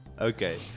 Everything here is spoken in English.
okay